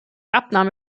abnahme